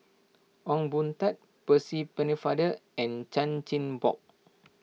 Ong Boon Tat Percy Pennefather and Chan Chin Bock